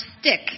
stick